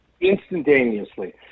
instantaneously